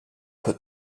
put